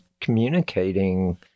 communicating